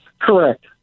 Correct